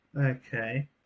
Okay